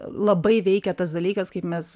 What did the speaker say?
labai veikia tas dalykas kaip mes